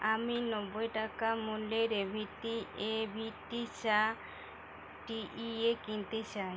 আমি নব্বই টাকা মূল্যের A V T A V T চা টি ই এ কিনতে চাই